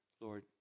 Lord